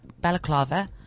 balaclava